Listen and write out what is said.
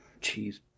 Cheese